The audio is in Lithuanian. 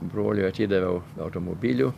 broliui atidaviau automobilių